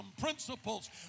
principles